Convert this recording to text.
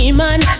man